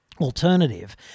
alternative